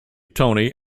tony